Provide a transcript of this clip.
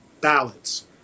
ballots